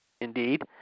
Indeed